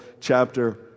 chapter